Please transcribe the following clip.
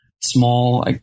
small